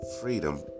freedom